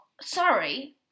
sorry